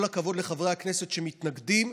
כל הכבוד לחברי הכנסת שמתנגדים.